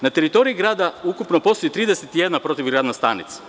Na teritoriji grada ukupno postoji 31 protivgradna stanica.